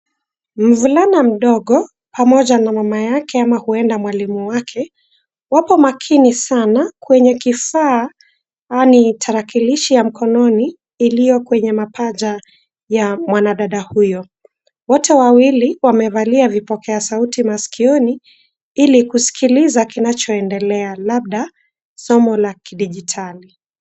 Mvulana mdogo pamoja na mama yake ama huenda mwalimu wake wapo makini sana kwenye kifaa yaani tarakilishi ya mkononi iliyo kwenye mapaja ya mwanadada huyo. Wote wawili wamevalia vipokea sauti maskioni ili kusikiliza kinachoendelea labda somo la kidijitali.